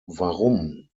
warum